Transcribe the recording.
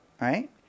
Right